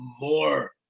more